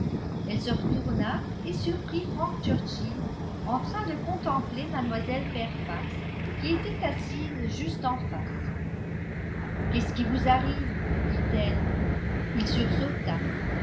elle se retourna et surprit frank churchill en train de contempler mlle fairfax qui était assise juste en face qu'est-ce qui vous arrive dit-elle il sursauta